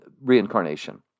reincarnation